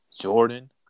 Jordan